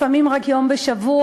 לפעמים רק יום בשבוע.